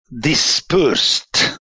dispersed